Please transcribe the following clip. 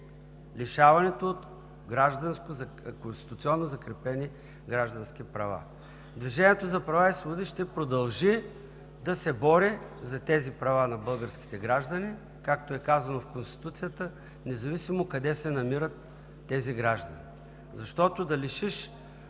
лишаването от конституционно закрепени граждански права. „Движението за права и свободи“ ще продължи да се бори за тези права на българските граждани, както е казано в Конституцията: „независимо къде се намират тези граждани“. Защото да ги лишиш